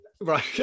right